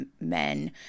men